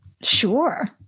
Sure